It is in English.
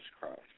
Christ